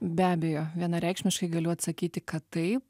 be abejo vienareikšmiškai galiu atsakyti kad taip